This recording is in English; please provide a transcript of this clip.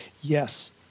yes